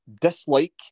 dislike